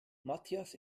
matthias